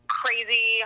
crazy